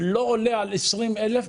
עולה על 20 אלף.